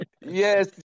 Yes